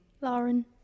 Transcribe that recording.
Lauren